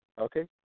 Okay